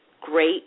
great